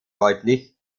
deutlich